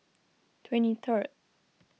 twenty third